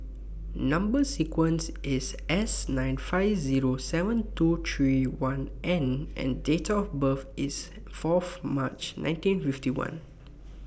Number sequence IS S nine five Zero seven two three one N and Date of birth IS Fourth March nineteen fifty one